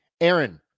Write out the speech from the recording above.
Aaron